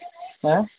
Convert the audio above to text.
ହାଁ